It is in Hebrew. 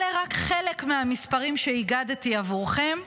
אלה רק חלק מהמספרים שאיגדתי עבורכם.